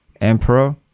Emperor